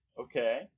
Okay